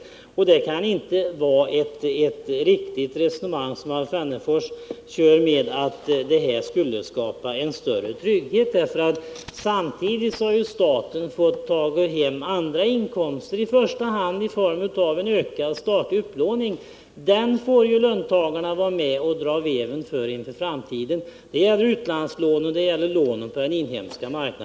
Det resonemang som Alf Wennerfors kör med kan inte vara riktigt när han påstår att en sänkning av arbetsgivaravgifterna skulle skapa en större trygghet i anställningen. Samtidigt har ju staten fått ta hem andra inkomster, i första hand i form av en ökad statlig upplåning — det gäller utlandslån och det gäller lån även på den inhemska marknaden. Dem får löntagarna vara med om att betala i framtiden.